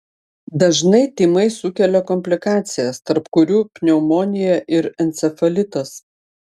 dažnai tymai sukelia komplikacijas tarp kurių pneumonija ir encefalitas